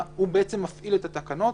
הוא מפעיל את התקנות,